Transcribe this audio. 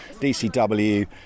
DCW